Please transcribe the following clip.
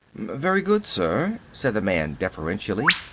very good, sir, said the man deferentially.